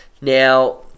Now